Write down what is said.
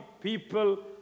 people